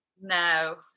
No